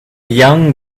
young